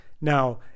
Now